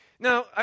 Now